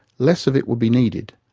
less of it would be needed.